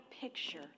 picture